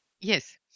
Yes